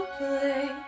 play